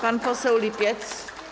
Pan poseł Lipiec.